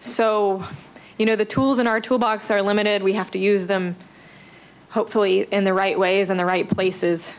so you know the tools in our tool box are limited we have to use them hopefully in the right ways in the right places